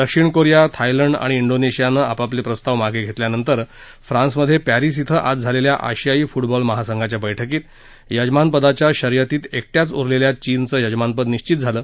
दक्षिण Korea Thailand आणि डीनेशियानं आपापले प्रस्ताव मागे घेतल्यानंतर फ्रान्समध्ये परिस बें आज झालेल्या आशियाई फुटबॉल महासंघाच्या बैठकीत यजमानपदाच्या शर्यतीत एकट्याच उरलेल्या चीनचं यजमानपद निश्वित झालं